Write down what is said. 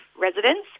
residents